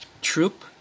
troop